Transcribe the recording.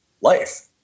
life